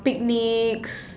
picnics